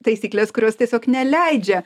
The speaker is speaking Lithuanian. taisyklės kurios tiesiog neleidžia